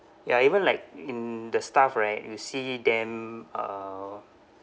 ya even like in the staff right you'll see them uh